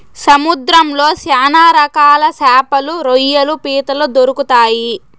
సముద్రంలో శ్యాన రకాల శాపలు, రొయ్యలు, పీతలు దొరుకుతాయి